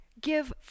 give